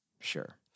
Sure